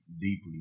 deeply